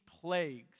plagues